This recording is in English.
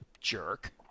jerk